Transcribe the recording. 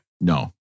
No